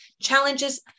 challenges